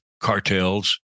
cartels